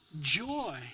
joy